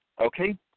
okay